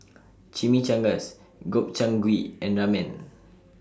Chimichangas Gobchang Gui and Ramen